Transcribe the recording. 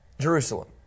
Jerusalem